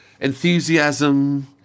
enthusiasm